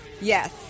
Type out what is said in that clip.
Yes